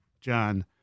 John